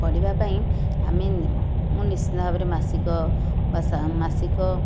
ପଢ଼ିବା ପାଇଁ ଆମେ ମୁଁ ନିଶ୍ଚିନ୍ତ ଭାବରେ ମାସିକ ବା ସା ମାସିକ